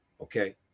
Okay